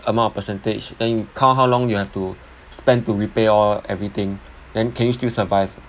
amount of percentage then you count how long you have to spend to repay all everything then can you still survive